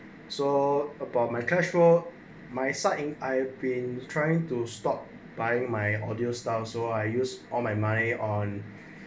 so about my casserole my side I've been trying to stop buying my audios style so I use all my money on